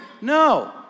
No